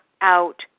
out